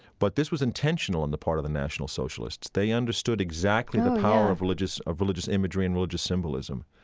but this was intentional on the part of the national socialists. they understood exactly the power of religious of religious imagery and religious symbolism.